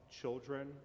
children